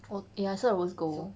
我 ya so I rose gold